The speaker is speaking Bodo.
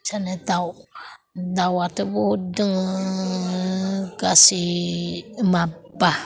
इबायसानो दाउ दाउआथ' बुहुद दोङो गासै माबा